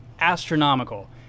astronomical